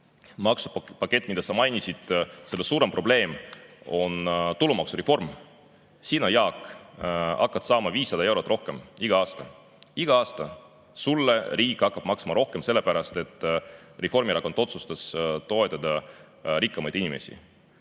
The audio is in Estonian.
maksupakett, mida sa mainisid, selle suurem probleem on tulumaksureform. Sina, Jaak, hakkad saama 500 eurot rohkem igal aastal. Igal aastal hakkab riik sulle maksma rohkem, sellepärast et Reformierakond otsustas toetada rikkamaid inimesi.